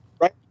Right